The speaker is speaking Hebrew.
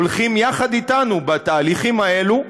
הולכים יחד איתנו בתהליכים האלה,